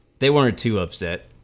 they were too upset